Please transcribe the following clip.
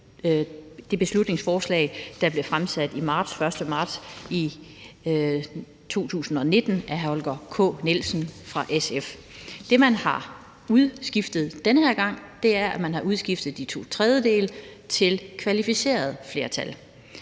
det beslutningsforslag, der blev fremsat 1. marts 2019 af hr. Holger K. Nielsen fra SF. Det, man har udskiftet den her gang, er, at man har udskiftet de to tredjedele med kvalificeret flertal.